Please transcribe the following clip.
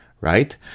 right